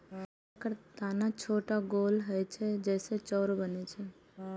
एकर दाना छोट आ गोल होइ छै, जइसे चाउर बनै छै